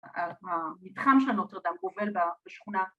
‫המתחם של הנוצר דם גובל בשכונה.